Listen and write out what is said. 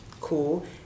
Cool